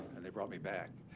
and they brought me back.